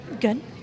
Good